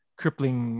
crippling